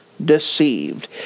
deceived